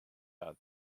agat